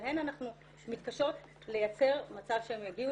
להן אנחנו מתקשות לייצר מצב שהן יגיעו